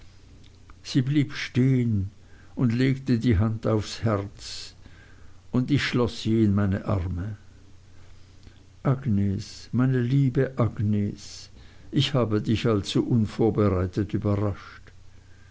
sie blieb stehen und legte die hand aufs herz und ich schloß sie in meine arme agnes meine liebe agnes ich habe dich allzu unvorbereitet überrascht